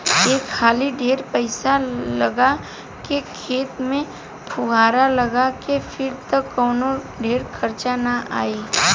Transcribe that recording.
एक हाली ढेर पईसा लगा के खेत में फुहार लगा के फिर त कवनो ढेर खर्चा ना आई